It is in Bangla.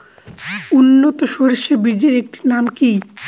উন্নত সরষে বীজের একটি নাম কি?